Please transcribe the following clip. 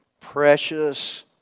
precious